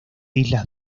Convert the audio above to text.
islas